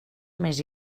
més